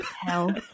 hell